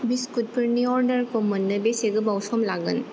बिस्कुटफोरनि अर्डारखौ मोननो बेसे गोबाव सम लागोन